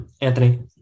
Anthony